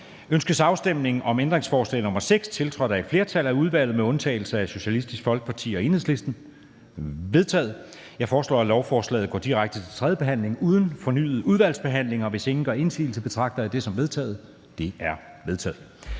Ønskes afstemning om ændringsforslag nr. 6, tiltrådt af et flertal (udvalget med undtagelse af SF og EL)? Det er vedtaget. Jeg foreslår, at lovforslaget går direkte til tredje behandling uden fornyet udvalgsbehandling. Hvis ingen gør indsigelse, betragter jeg dette som vedtaget. Det er vedtaget.